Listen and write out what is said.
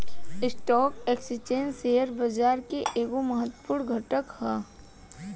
stock exchange share बाजार के एगो महत्वपूर्ण घटक ह